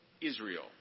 Israel